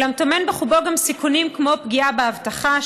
אולם טומן בחובו גם סיכונים כמו פגיעה באבטחה,